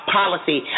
policy